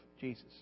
Jesus